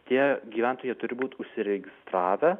tie gyventojai jie turi būt užsiregistravę